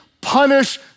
punish